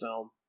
film